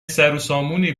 سروسامونی